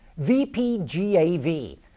VPGAV